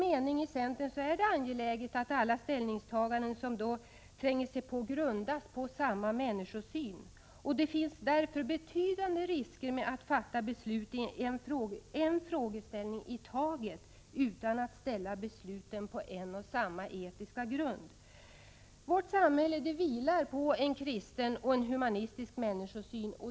Enligt centerns mening är det angeläget att alla ställningstaganden grundas på samma människosyn. Det är därför förenat med betydande risker att fatta beslut i en fråga i taget. Besluten måste bygga på en och samma etiska grund. Vårt samhälle vilar på en kristen och humanistisk människosyn.